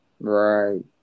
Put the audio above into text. Right